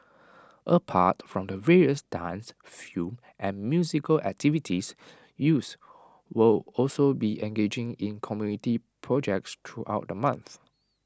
apart from the various dance film and musical activities youths will also be engaging in community projects throughout the month